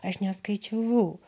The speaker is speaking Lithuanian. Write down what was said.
aš neskaičiavau